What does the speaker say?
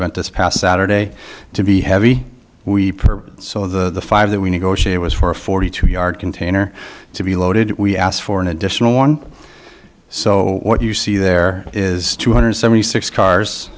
event this past saturday to be heavy weeper so the five that we negotiate was for forty two yard container to be loaded we asked for an additional one so what you see there is two hundred seventy six cars